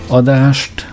adást